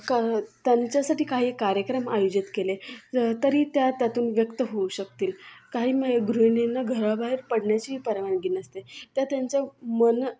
कह् त्यांच्यासाठी काही कार्यक्रम आयोजित केले तरी त्या त्यातून व्यक्त होऊ शकतील काही माय गृहिणींना घराबाहेर पडण्याचीही परवानगी नसते त्या त्यांच्या मनं